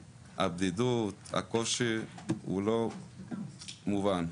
הבדידות, הקושי הוא לא מובן.